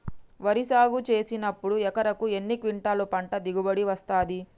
వరి సాగు చేసినప్పుడు ఎకరాకు ఎన్ని క్వింటాలు పంట దిగుబడి వస్తది?